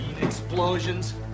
Explosions